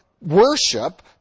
worship